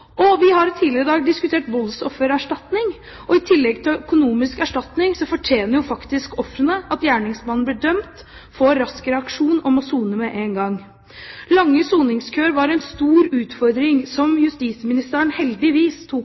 Vi har tidligere i dag diskutert voldsoffererstatning. I tillegg til økonomisk erstatning fortjener faktisk ofrene at gjerningsmannen blir dømt, får rask reaksjon og må sone med en gang. Lange soningskøer var en stor utfordring som justisministeren heldigvis tok